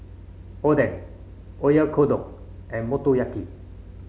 Oden Oyakodon and Motoyaki